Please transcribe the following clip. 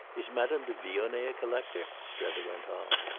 is madame de vionnet a collector? strether went on.